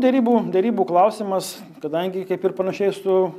derybų derybų klausimas kadangi kaip ir panašiai su